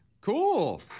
Cool